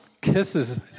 kisses